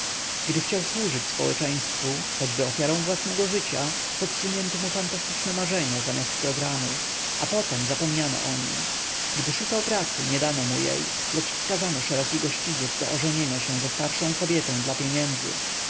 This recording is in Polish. gdy chciał służyć społeczeństwu choćby ofiarą własnego życia podsunięto mu fantastyczne marzenia zamiast programu a potem zapomniano o nim gdy szukał pracy nie dano mu jej lecz wskazano szeroki gościniec do ożenienia się ze starszą kobietą dla pieniędzy